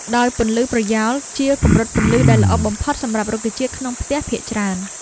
ដោយពន្លឺប្រយោល ជាកម្រិតពន្លឺដែលល្អបំផុតសម្រាប់រុក្ខជាតិក្នុងផ្ទះភាគច្រើន។